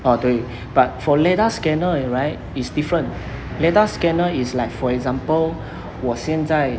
orh 对 but for LiDAR scanner right is different LiDAR scanner is like for example 我现在